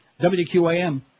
WQAM